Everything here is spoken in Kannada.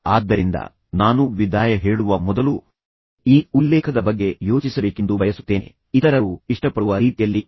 ಆದ್ದರಿಂದ ನಾನು ವಿದಾಯ ಹೇಳುವ ಮೊದಲು ನೀವು ಈ ಉಲ್ಲೇಖದ ಬಗ್ಗೆ ಯೋಚಿಸಬೇಕೆಂದು ನಾನು ಬಯಸುತ್ತೇನೆ ಇತರರು ಇಷ್ಟಪಡುವ ರೀತಿಯಲ್ಲಿ ಮಾತನಾಡಿ